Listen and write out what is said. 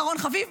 אחרון חביב,